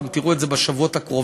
אתם תראו את זה בשבועות הקרובים.